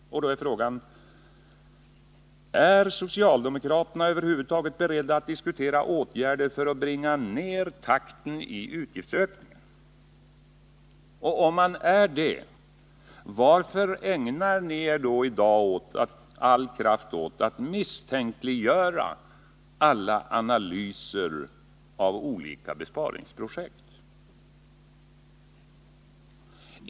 Och då är frågan: Är socialdemokraterna över huvud taget beredda att diskutera åtgärder för att bringa ner takten i utgiftsökningen? Och om man är det — varför ägnar socialdemokraterna då i dag all kraft åt att misstänkliggöra alla analyser av olika besparingsprojekt?